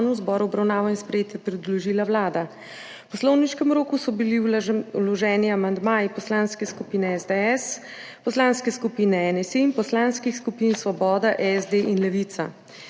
zboru v obravnavo in sprejetje predložila Vlada. V poslovniškem roku so bili vloženi amandmaji Poslanske skupine SDS, Poslanske skupine NSi in poslanskih skupin Svoboda, SD in Levica.